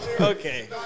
Okay